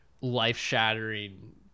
life-shattering